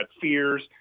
fears